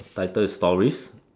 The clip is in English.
title is stories